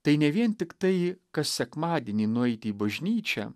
tai ne vien tiktai kas sekmadienį nueiti į bažnyčią